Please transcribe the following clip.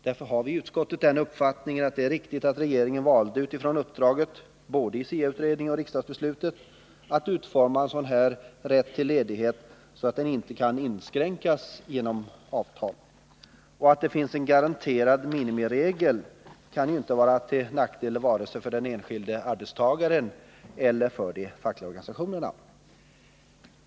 Därför har utskottet den uppfattningen att det var riktigt att regeringen valde att utifrån uppdraget både i SIA-utredningen och riksdagsbeslutet utforma rätten till ledighet så att den inte kan inskränkas genom avtal. Att det finns en garanterad minimiregel kan ju inte vara till nackdel vare sig för den enskilde arbetstagaren eller för de fackliga organisationerna.